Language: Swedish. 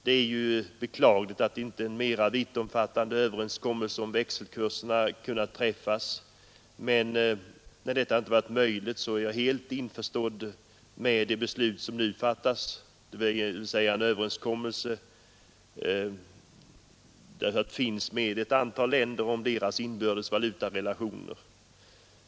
Det är ju beklagligt att inte en mera vittomfattande överenskommelse om växelkurserna kunnat träffas, men när detta inte varit möjligt är jag helt införstådd med det beslut som nu fattats, dvs. att överenskommelse dock finns med ett antal länder om deras inbördes valutarelationer.